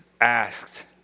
asked